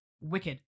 wicked